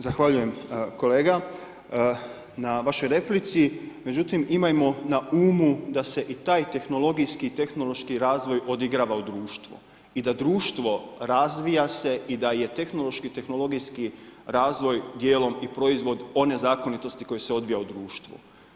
Zahvaljujem kolega na vašoj replici, međutim, imajmo na umu da se taj tehnologijski i tehnološki razvoj odvaja u društvu i da društvo razvija se i da je tehnološki i tehnologijski razvoj, dijelom i proizvod one zakonitosti koje se odvija u društvu.